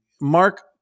Mark